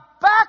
back